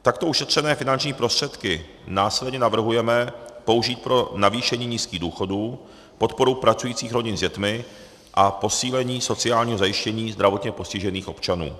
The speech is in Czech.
Takto ušetřené finanční prostředky následně navrhujeme pro navýšení nízkých důchodů, podporu pracujících rodin s dětmi a posílení sociálního zajištění zdravotně postižených občanů.